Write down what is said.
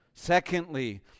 Secondly